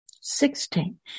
Sixteen